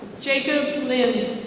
jacob lynn.